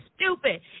stupid